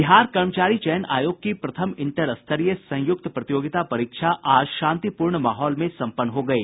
बिहार कर्मचारी चयन आयोग की प्रथम इंटर स्तरीय संयुक्त प्रतियोगिता परीक्षा आज शांतिपूर्ण माहौल में सम्पन्न हो गयी